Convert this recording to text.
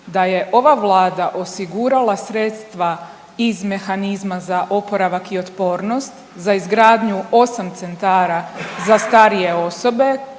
da je ova Vlada osigurala sredstva iz Mehanizma za oporavak i otpornost za izgradnju 8 centara za starije osobe